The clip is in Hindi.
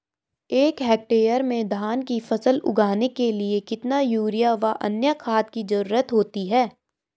एक हेक्टेयर में धान की फसल उगाने के लिए कितना यूरिया व अन्य खाद की जरूरत होती है?